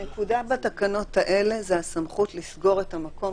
הנקודה בתקנות האלה זה הסמכות לסגור את המקום